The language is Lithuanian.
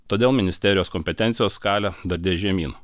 todėl ministerijos kompetencijos skalė dardės žemyn